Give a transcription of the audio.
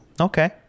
Okay